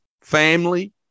family